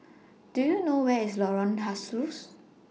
Do YOU know Where IS Lorong Halus